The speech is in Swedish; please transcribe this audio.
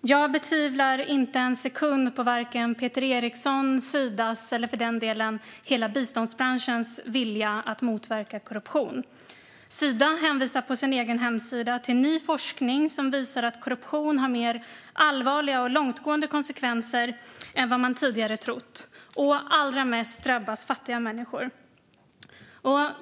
Jag tvivlar inte en sekund på vare sig Peter Erikssons, Sidas eller för den delen hela biståndsbranschens vilja att motverka korruption. Sida hänvisar på sin egen hemsida till ny forskning som visar att korruption har mer allvarliga och långtgående konsekvenser än vad man tidigare trott. Allra mest drabbas fattiga människor.